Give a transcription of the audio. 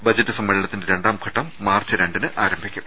budget സമ്മേളനത്തിന്റെ രണ്ടാംഘട്ടം March രണ്ടിന് ആരംഭിക്കും